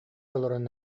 олорон